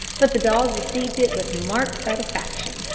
but the dog received it with marked satisfaction,